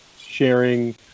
sharing